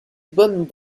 bonne